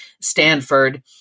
Stanford